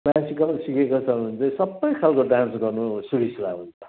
classical सिखेको छ भनेचाहिँ सब खालको डान्स गर्नु सुबिस्ता हुन्छ